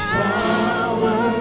power